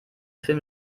film